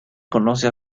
conoce